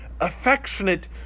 affectionate